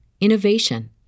innovation